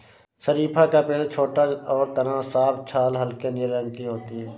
शरीफ़ा का पेड़ छोटा और तना साफ छाल हल्के नीले रंग की होती है